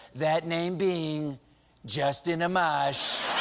that name being justin amash.